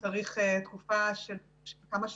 לפעמים צריך תקופה של כמה שנים,